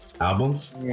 albums